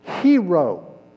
hero